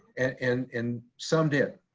and and some did.